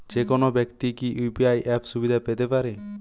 যেকোনো ব্যাক্তি কি ইউ.পি.আই অ্যাপ সুবিধা পেতে পারে?